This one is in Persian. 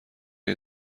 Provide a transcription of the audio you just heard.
این